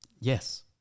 Yes